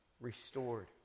restored